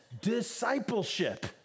discipleship